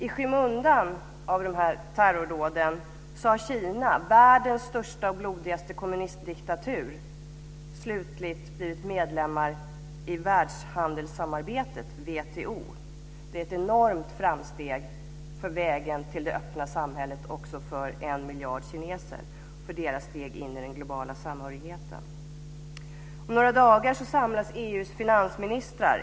I skymundan av terrordåden har Kina, världens största och blodigaste kommunistdiktatur, slutligt blivit medlem i världshandelssamarbetet, WTO. Det är ett enormt framsteg för vägen till det öppna samhället också för en miljard kineser, för deras väg in i den globala samhörigheten. Om några dagar samlas EU:s finansministrar.